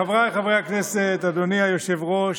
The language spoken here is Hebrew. חבריי חברי הכנסת, אדוני היושב-ראש,